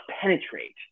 penetrate